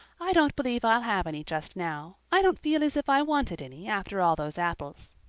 i don't believe i'll have any just now. i don't feel as if i wanted any after all those apples.